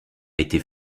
été